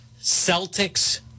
Celtics